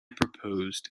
proposed